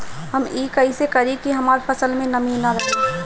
हम ई कइसे करी की हमार फसल में नमी ना रहे?